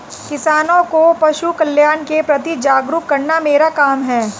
किसानों को पशुकल्याण के प्रति जागरूक करना मेरा काम है